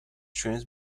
trains